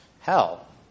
hell